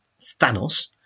Thanos